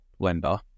Blender